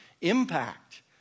impact